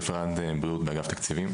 רפרנט בריאות באגף תקציבים.